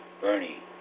Bernie